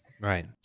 Right